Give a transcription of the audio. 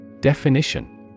Definition